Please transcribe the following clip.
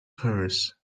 purse